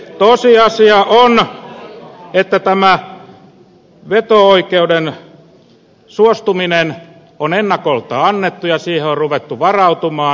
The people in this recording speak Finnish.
tosiasia on että tämä veto oikeuden menettämiseen suostuminen on ennakolta annettu ja siihen on ruvettu varautumaan